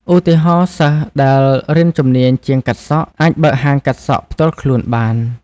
ឧទាហរណ៍ សិស្សដែលរៀនជំនាញជាងកាត់សក់ អាចបើកហាងកាត់សក់ផ្ទាល់ខ្លួនបាន។